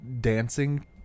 dancing